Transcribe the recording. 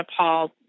Nepal